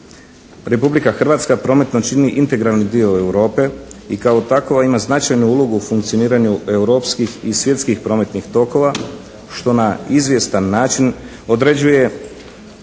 Republika Hrvatska prometno čini integralni dio Europe i kao takva ima značajnu ulogu u funkcioniranju europskih i svjetskih prometnih tokova što na izvjestan način određuje